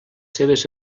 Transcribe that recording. seves